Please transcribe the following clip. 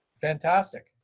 Fantastic